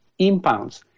impounds